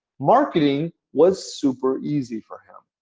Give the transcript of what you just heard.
marketing was super easy for him.